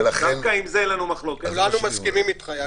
כולנו מסכימים אתך.